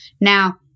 Now